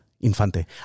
Infante